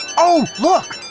oh, look!